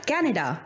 Canada